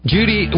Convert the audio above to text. Judy